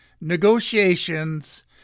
negotiations